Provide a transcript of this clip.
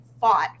fought